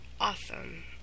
awesome